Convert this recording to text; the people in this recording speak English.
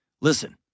Listen